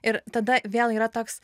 ir tada vėl yra toks